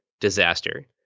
disaster